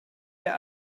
der